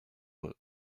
eux